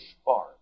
spark